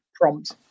prompt